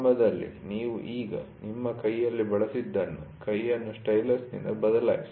ಆರಂಭದಲ್ಲಿ ನೀವು ಈಗ ನಿಮ್ಮ ಕೈಯಾಗಿ ಬಳಸಿದ್ದನ್ನು ಕೈಯನ್ನು ಸ್ಟೈಲಸ್ನಿಂದ ಬದಲಾಯಿಸಿ